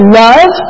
love